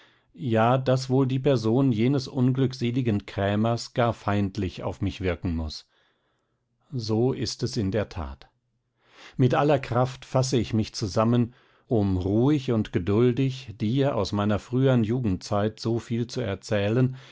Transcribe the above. ja daß wohl die person jenes unglückseligen krämers gar feindlich auf mich wirken muß so ist es in der tat mit aller kraft fasse ich mich zusammen um ruhig und geduldig dir aus meiner frühern jugendzeit so viel zu erzählen